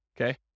okay